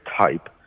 type